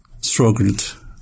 struggled